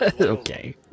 okay